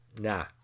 Nah